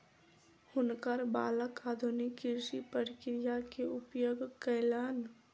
हुनकर बालक आधुनिक कृषि प्रक्रिया के उपयोग कयलैन